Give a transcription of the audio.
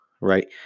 Right